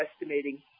estimating